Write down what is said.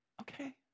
Okay